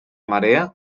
marea